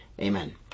Amen